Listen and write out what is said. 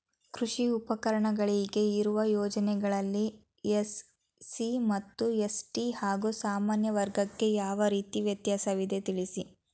ಕೃಷಿ ಉಪಕರಣಗಳಿಗೆ ಇರುವ ಯೋಜನೆಗಳಲ್ಲಿ ಎಸ್.ಸಿ ಮತ್ತು ಎಸ್.ಟಿ ಹಾಗೂ ಸಾಮಾನ್ಯ ವರ್ಗಕ್ಕೆ ಯಾವ ರೀತಿ ವ್ಯತ್ಯಾಸವಿದೆ ತಿಳಿಸಿ?